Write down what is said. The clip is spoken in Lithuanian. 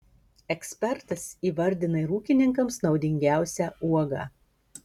ekspertas įvardina ir ūkininkams naudingiausią uogą